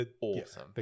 awesome